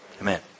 Amen